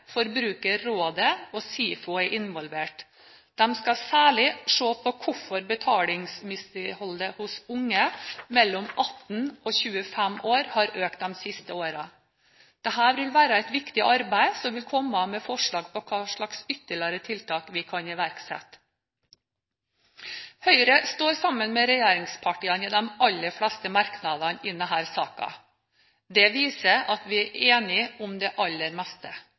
og SIFO er involvert. De skal særlig se på hvorfor betalingsmisligholdet hos unge mellom 18 og 25 år har økt de siste årene. Dette vil være et viktig arbeid, og man vil komme med forslag til hvilke ytterligere tiltak som kan iverksettes. Høyre står sammen med regjeringspartiene i de aller fleste merknadene i denne saken. Det viser at vi er enige om det aller meste